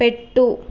పెట్టు